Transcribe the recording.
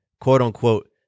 quote-unquote